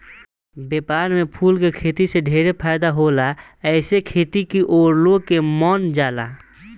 व्यापार में फूल के खेती से ढेरे फायदा होला एसे खेती की ओर लोग के मन जाला